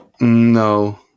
No